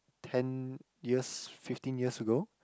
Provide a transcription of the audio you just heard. ten years fifteen years ago